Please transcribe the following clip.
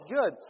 good